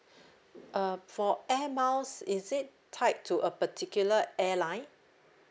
uh for air miles is it tied to a particular airline